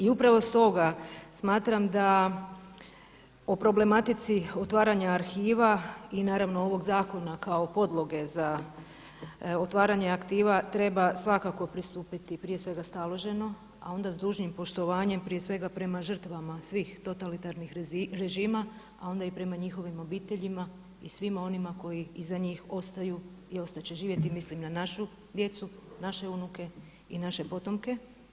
I upravo s toga smatram da o problematici otvaranja arhiva i naravno, ovog zakona kao podloge za otvaranje arhiva treba svakako pristupiti prije svega staloženo, a onda s dužnim poštovanjem prije svega prema žrtvama totalitarnih režima, a onda i prema njihovim obiteljima i svima onima koji iza njih ostaju i ostat će živjeti mislim na našu djecu, naše unuke i naše potomke.